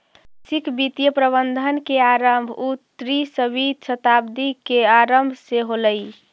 वैश्विक वित्तीय प्रबंधन के आरंभ उन्नीसवीं शताब्दी के आरंभ से होलइ